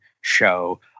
show